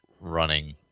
running